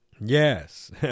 Yes